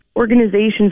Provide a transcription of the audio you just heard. organizations